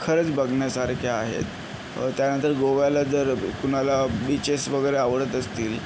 खरंच बघण्यासारख्या आहेत त्यानंतर गोव्याला जर कोनाला बीचेस वगैरे आवडत असतील